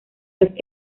los